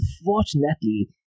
unfortunately